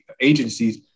agencies